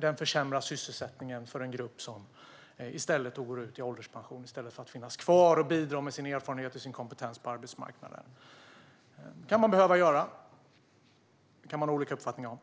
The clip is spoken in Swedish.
den försämrar sysselsättningen för en grupp som går i ålderspension i stället för att finnas kvar och bidra med sin erfarenhet och kompetens på arbetsmarknaden. Det kan man behöva göra; detta kan man ha olika uppfattningar om.